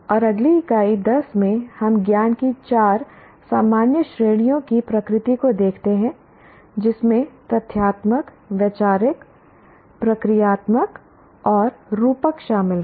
और अगली इकाई 10 में हम ज्ञान की चार सामान्य श्रेणियों की प्रकृति को देखते हैं जिसमें तथ्यात्मक वैचारिक प्रक्रियात्मक और रूपक शामिल हैं